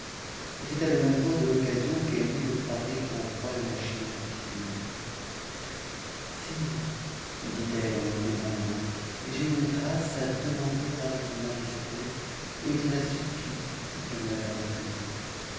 profita le même jour l'occasion qu'elle eut de parler au roi de la chine en particulier sire lui dit-elle en lui baisant la main j'ai une grâce a demander a votre majesté et je la supplie de ne me la pas refuser